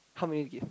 how many gig